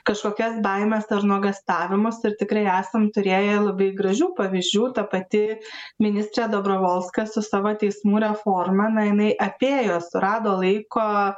kažkokias baimes ar nuogąstavimus ir tikrai esam turėję labai gražių pavyzdžių ta pati ministerė dabravolska su savo teismų reforma na jinai apėjo surado laiko